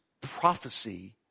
prophecy